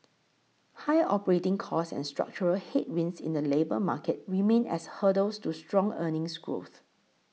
high operating costs and structural headwinds in the labour market remain as hurdles to strong earnings growth